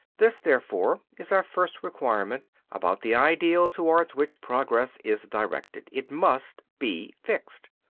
this, therefore, is our first requirement about the ideal towards which progress is directed it must be fixed.